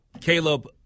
Caleb